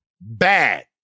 bad